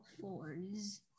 fours